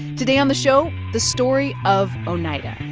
today on the show the story of oneida.